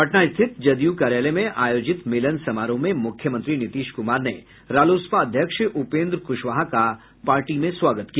पटना स्थित जदय्र कार्यालय में आयोजित मिलन समारोह में मुख्यमंत्री नीतीश कुमार ने रालोसपा अध्यक्ष उपेन्द्र कुशवाहा का पार्टी में स्वागत किया